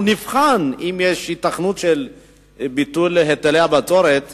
נבחן אם יש היתכנות לביטול היטלי הבצורת